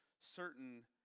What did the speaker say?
certain